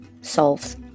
solves